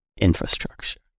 infrastructure